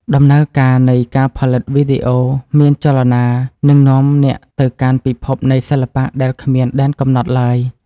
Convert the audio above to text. ដំណើរការនៃការផលិតវីដេអូមានចលនានឹងនាំអ្នកទៅកាន់ពិភពនៃសិល្បៈដែលគ្មានដែនកំណត់ឡើយ។